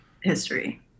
history